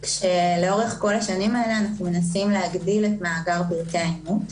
שלאורך כל השנים הללו אנחנו מנסים להגדיל את מאגר פרטי האימות.